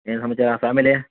ಏನು ಸಮಾಚಾರ ಫ್ಯಾಮಿಲಿ